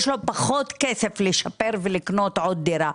לו פחות כסף כדי לשפר ולקנות עוד דירה,